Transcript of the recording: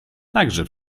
także